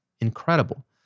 incredible